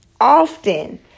often